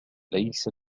ليس